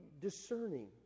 discerning